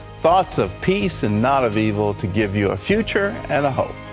thoughts of peace and not of evil, to give you a future and a hope.